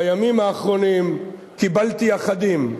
בימים האחרונים קיבלתי אחדים.